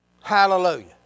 Hallelujah